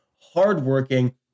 hardworking